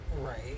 Right